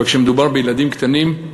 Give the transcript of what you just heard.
אבל כשמדובר בילדים קטנים,